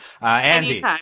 Andy